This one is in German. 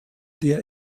der